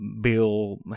Bill